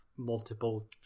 multiple